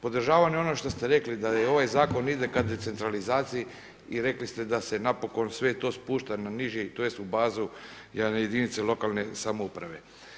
Podržavam i ono što ste rekli, da je ovaj zakon ide ka decentralizaciji i rekli ste da se napokon sve to spušta na niži tj. u bazu jedne jedinice lokalne samouprave.